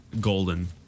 golden